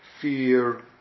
fear